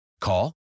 Call